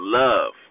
love